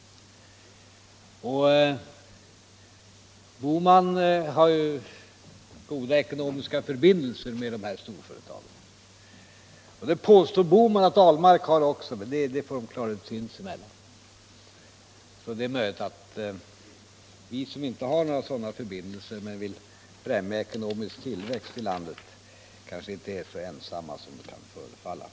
Och herr Bohman har goda ekonomiska förbindelser med de här storföretagen. Det påstår herr Bohman att herr Ahlmark också har, men det får de klara ut sinsemellan. Det är möjligt att vi som inte har några sådana förbindelser men vill främja ekonomisk tillväxt i landet kanske inte är så ensamma som det kan förefalla.